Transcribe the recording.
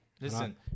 Listen